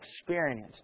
experience